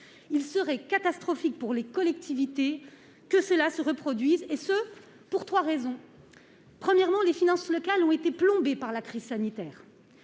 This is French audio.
il serait catastrophique pour les collectivités, que cela se reproduise et ce pour 3 raisons : premièrement les finances locales ont été plombés par la crise sanitaire